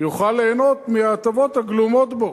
יוכל ליהנות מההטבות הגלומות בו.